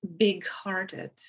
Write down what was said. Big-hearted